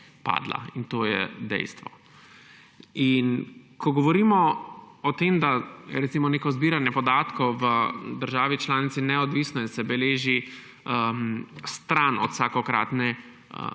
To je dejstvo. Ko govorimo o tem, da je recimo neko zbiranje podatkov v državi članici neodvisno in se beleži stran od vsakokratne vlade,